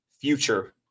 future